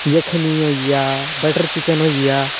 जखनी होई गेआ बटर चिकन होई गेआ